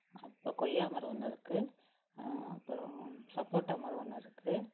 அப்புறோம் கொய்யா மரம் ஒன்று இருக்குது அப்புறம் சப்போட்டா மரம் ஒன்று இருக்குது